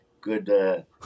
Good